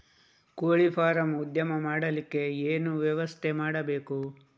ಕೋಳಿ ಫಾರಂ ಉದ್ಯಮ ಮಾಡಲಿಕ್ಕೆ ಏನು ವ್ಯವಸ್ಥೆ ಮಾಡಬೇಕು?